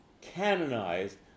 canonized